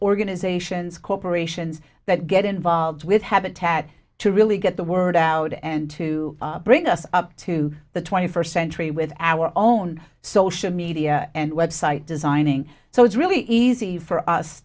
organizations corporations that get involved with habitat to really get the word out and to bring us up to the twenty first century with our own social media and website designing so it's really easy for us